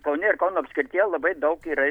kaune ir kauno apskrityje labai daug yra